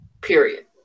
period